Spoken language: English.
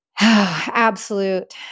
Absolute